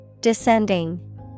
Descending